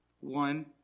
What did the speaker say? One